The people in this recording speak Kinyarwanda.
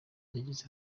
yagize